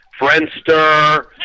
Friendster